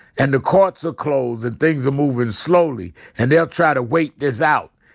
and the courts are closed and things are moving slowly. and they'll try to wait this out.